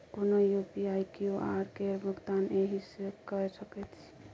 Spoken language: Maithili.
कोनो यु.पी.आई क्यु.आर केर भुगतान एहिसँ कए सकैत छी